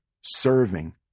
serving